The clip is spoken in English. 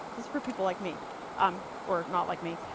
is for people like me um or not like me.